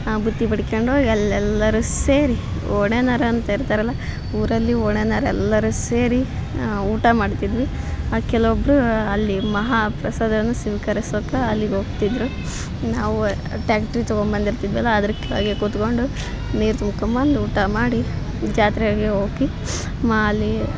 ಬುತ್ತಿ ಮಡಿಕ್ಯಂಡು ಹೋಗ್ ಅಲ್ಲೆಲ್ಲರೂ ಸೇರಿ ಒಣನ್ಯಾರ ಅಂತ ಇರ್ತಾರಲ್ಲ ಊರಲ್ಲಿ ಒಣನ್ಯಾರ ಎಲ್ಲರೂ ಸೇರಿ ಊಟ ಮಾಡ್ತಿದ್ವಿ ಆ ಕೆಲವೊಬ್ಬರು ಅಲ್ಲಿ ಮಹಾ ಪ್ರಸಾದವನ್ನು ಸ್ವೀಕರಿಸೋಕ ಅಲ್ಲಿಗೆ ಹೋಗ್ತಿದ್ದರು ನಾವು ಟ್ಯಾಕ್ಟ್ರಿ ತೊಗೊಂಬಂದಿರ್ತಿದ್ವಲ್ಲ ಅದ್ರ ಕೆಳಗೆ ಕೂತ್ಕೊಂಡು ನೀರು ತುಂಬ್ಕಂಬಂದು ಊಟ ಮಾಡಿ ಜಾತ್ರೆಗೆ ಹೋಗಿ ಮಾ ಅಲ್ಲಿ